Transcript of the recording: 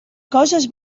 coses